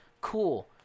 Cool